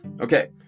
Okay